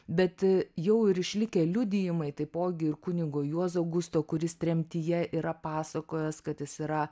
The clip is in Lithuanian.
bet jau ir išlikę liudijimai taipogi ir kunigo juozo gusto kuris tremtyje yra pasakojęs kad jis yra